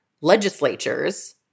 legislatures